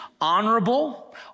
honorable